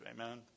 Amen